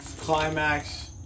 Climax